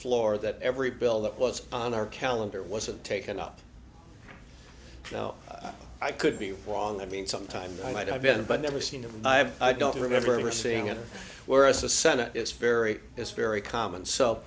floor that every bill that was on our calendar wasn't taken up now i could be wrong i mean sometimes i might have been but never seen them live i don't remember seeing it whereas the senate is very it's very common so